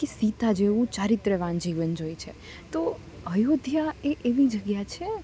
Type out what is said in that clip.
કે સીતા જેવું ચારિત્રવાન જીવન જોઈ છે તો અયોધ્યા એ એવી જગ્યા છે